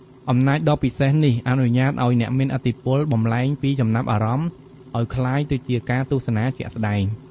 អំណាចដ៏ពិសេសនេះអនុញ្ញាតឱ្យអ្នកមានឥទ្ធិពលបំប្លែងពីចំណាប់អារម្មណ៍ឱ្យក្លាយទៅជាការទស្សនាជាក់ស្តែង។